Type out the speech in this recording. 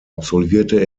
absolvierte